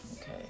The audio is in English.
Okay